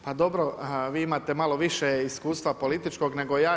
Pa dobro a vi imate malo više iskustva političkog, nego ja.